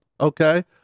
Okay